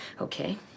Okay